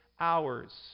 hours